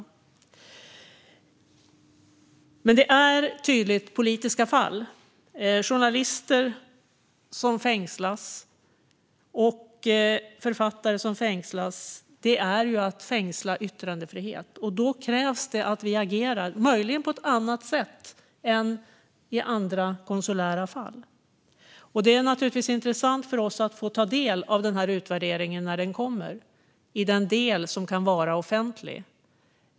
Men detta är tydligt politiska fall. Att fängsla journalister och författare är att fängsla yttrandefrihet. Då krävs det att vi agerar - möjligen på ett annat sätt än i andra konsulära fall. Det blir intressant för oss att ta del av utvärderingen när den kommer - i den del som kan vara offentlig.